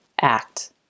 ACT